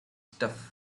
stuff